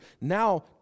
now